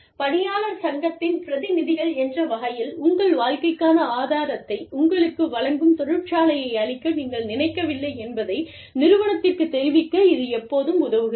பணியாளர் சங்கத்தின் பிரதிநிதிகள் என்ற வகையில் உங்கள் வாழ்க்கைக்கான ஆதாரத்தை உங்களுக்கு வழங்கும் தொழிற்சாலையை அழிக்க நீங்கள் நினைக்கவில்லை என்பதை நிறுவனத்திற்குத் தெரிவிக்க இது எப்போதும் உதவுகிறது